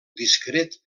discret